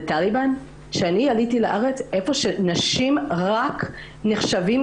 למקום בו נשים נחשבות